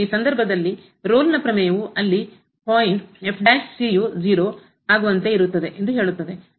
ಆ ಸಂದರ್ಭದಲ್ಲಿ ರೋಲ್ನ ಪ್ರಮೇಯವು ಅಲ್ಲಿ ಪಾಯಿಂಟ್ 0 ಆಗುವಂತೆ ಇರುತ್ತದೆ ಎಂದು ಹೇಳುತ್ತದೆ